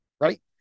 Right